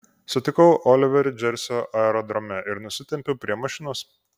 sutikau oliverį džersio aerodrome ir nusitempiau prie mašinos